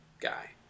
guy